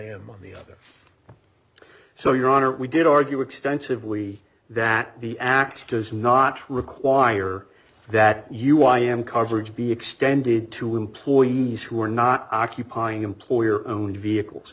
am on the other so your honor we did argue extensively that the act does not require that you y m coverage be extended to employees who are not occupying employer own vehicles